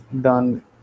done